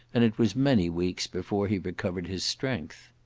and it was many weeks before he recovered his strength.